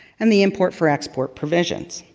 and the import for export provisions.